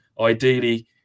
ideally